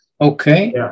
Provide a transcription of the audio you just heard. okay